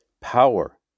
Power